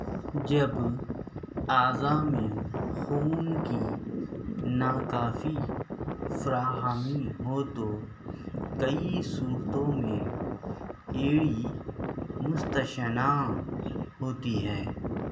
جب اعضاء میں خون کی ناکافی فراہمی ہو تو کئی صورتوں میں ایڑی مستشنیٰ ہوتی ہے